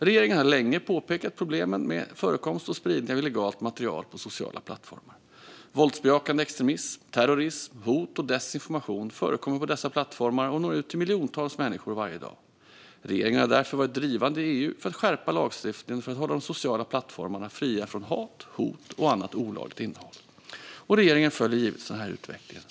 Regeringen har länge påpekat problemen med förekomst och spridning av illegalt material på sociala plattformar. Våldsbejakande extremism, terrorism, hot och desinformation förekommer på dessa plattformar och når ut till miljontals människor varje dag. Regeringen har därför varit drivande i EU för att skärpa lagstiftningen för att hålla de sociala plattformarna fria från hat, hot och annat olagligt innehåll. Regeringen följer givetvis denna utveckling noga.